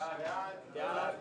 הרביזיה (69)